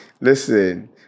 listen